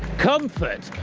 comfort,